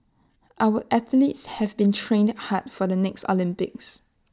our athletes have been training hard for the next Olympics